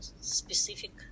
specific